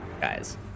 guys